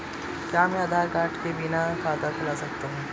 क्या मैं आधार कार्ड के बिना खाता खुला सकता हूं?